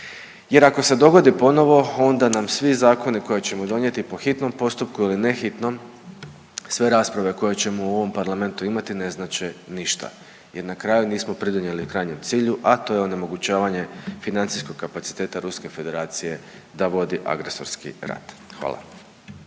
Jer ako se dogodi ponovo onda nam svi zakoni koje ćemo donijeti po hitnom postupku ili ne hitnom, sve rasprave koje ćemo u ovom Parlamentu imati ne znače ništa, jer na kraju nismo pridonijeli krajnjem cilju, a to je onemogućavanje financijskog kapaciteta Ruske Federacije da vodi agresorski rat. Hvala.